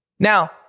now